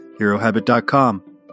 HeroHabit.com